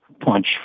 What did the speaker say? Punch